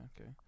okay